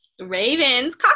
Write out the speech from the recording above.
Ravens